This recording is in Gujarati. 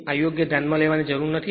આને યોગ્ય ધ્યાનમાં લેવાની જરૂર નથી